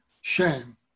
shame